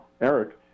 Eric